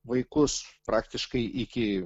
vaikus praktiškai iki